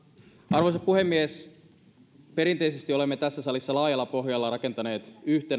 arvoisa puhemies perinteisesti olemme tässä salissa laajalla pohjalla rakentaneet yhtenäistä eurooppaa